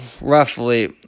roughly